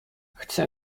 chcę